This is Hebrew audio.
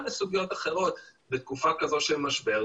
כמו גם לסוגיות אחרות בתקופה כזאת של משבר,